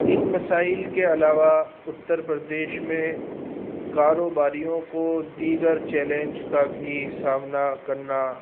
ان مسائل کے علاوہ اتر پردیش میں کاروباریوں کو دیگر چیلنج کا بھی سامنا کرنا